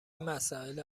مساله